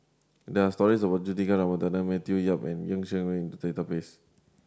there are stories about Juthika Ramanathan Matthew Yap and Ng Yi Sheng in the database